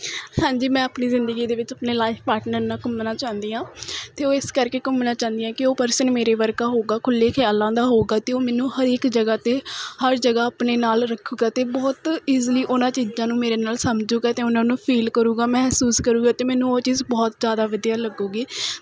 ਹਾਂਜੀ ਮੈਂ ਆਪਣੀ ਜ਼ਿੰਦਗੀ ਦੇ ਵਿੱਚ ਆਪਣੇ ਲਾਈਫ ਪਾਰਟਨਰ ਨਾਲ਼ ਘੁੰਮਣਾ ਚਾਹੁੰਦੀ ਹਾਂ ਅਤੇ ਉਹ ਇਸ ਕਰਕੇ ਘੁੰਮਣਾ ਚਾਹੁੰਦੀ ਹਾਂ ਕਿ ਉਹ ਪਰਸਨ ਮੇਰੇ ਵਰਗਾ ਹੋਵੇਗਾ ਖੁੱਲ੍ਹੇ ਖਿਆਲਾਂ ਦਾ ਹੋਵੇਗਾ ਅਤੇ ਉਹ ਮੈਨੂੰ ਹਰੇਕ ਜਗ੍ਹਾ 'ਤੇ ਹਰ ਜਗ੍ਹਾ ਆਪਣੇ ਨਾਲ਼ ਰੱਖੇਗਾ ਅਤੇ ਬਹੁਤ ਈਜ਼ੀਲੀ ਉਹਨਾਂ ਚੀਜ਼ਾਂ ਨੂੰ ਮੇਰੇ ਨਾਲ਼ ਸਮਝੇਗਾ ਅਤੇ ਉਹਨਾਂ ਨੂੰ ਫੀਲ ਕਰੇਗਾ ਮਹਿਸੂਸ ਕਰੇਗਾ ਅਤੇ ਮੈਨੂੰ ਉਹ ਚੀਜ਼ ਬਹੁਤ ਜ਼ਿਆਦਾ ਵਧੀਆ ਲੱਗੇਗੀ